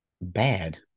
bad